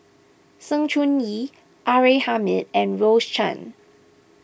Sng Choon Yee R A Hamid and Rose Chan